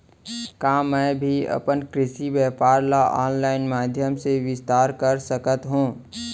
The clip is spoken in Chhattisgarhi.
का मैं भी अपन कृषि व्यापार ल ऑनलाइन माधयम से विस्तार कर सकत हो?